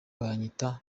banyita